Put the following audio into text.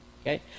Okay